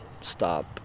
stop